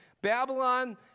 Babylon